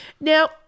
Now